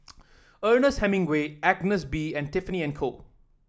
Ernest Hemingway Agnes B and Tiffany And Co